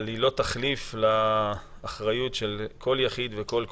אבל היא לא תחליף לאחריות של כל יחיד וכל קבוצה.